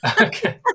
Okay